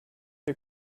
der